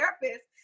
therapist